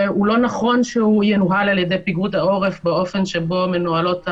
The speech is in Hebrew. ולא נכון שינוהל על-ידי פיקוד העורף באופן שבו מנוהלות המלוניות.